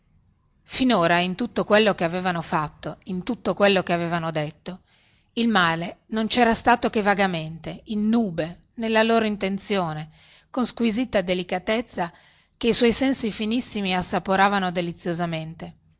finora in tutto quello che avevano fatto in tutto quello che avevano detto il male non cera stato che vagamente in nube nella loro intenzione con squisita delicatezza che i suoi sensi finissimi assaporavano deliziosamente